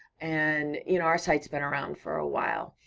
and you know our site's been around for a while,